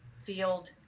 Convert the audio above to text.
field